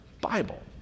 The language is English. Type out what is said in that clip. Bible